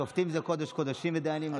שופטים זה קודש-קודשים ודיינים לא.